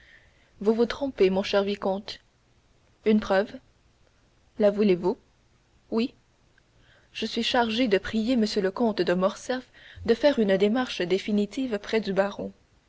vous vous trompez mon cher vicomte une preuve la voulez-vous oui je suis chargé de prier m le comte de morcerf de faire une démarche définitive près du baron